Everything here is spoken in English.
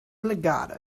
legato